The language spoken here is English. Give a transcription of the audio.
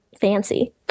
fancy